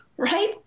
Right